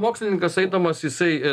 mokslininkas eidamas jisai